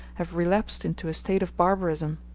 have relapsed into a state of barbarism.